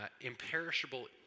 imperishable